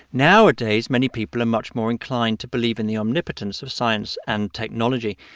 nowadays many people are much more inclined to believe in the omnipotence of science and technology.